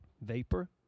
vapor